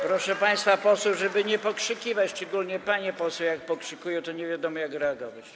Proszę państwa posłów, żeby nie pokrzykiwać, szczególnie jak panie posłanki pokrzykują, to nie wiadomo, jak reagować.